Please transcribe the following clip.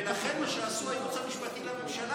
ולכן מה שעשו בייעוץ המשפטי לממשלה,